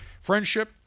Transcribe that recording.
friendship